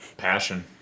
passion